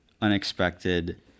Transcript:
unexpected